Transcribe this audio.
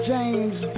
James